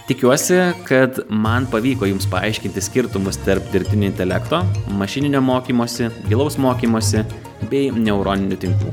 tikiuosi kad man pavyko jums paaiškinti skirtumus tarp dirbtinio intelekto mašininio mokymosi gilaus mokymosi bei neuroninių tinklų